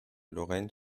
lorraine